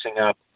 up